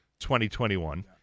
2021